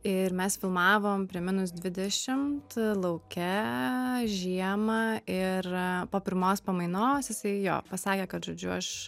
ir mes filmavom prie minus dvidešimt lauke žiemą ir po pirmos pamainos jisai jo pasakė kad žodžiu aš